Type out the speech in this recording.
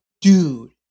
dude